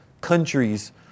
countries